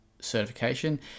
certification